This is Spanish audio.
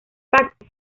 pacto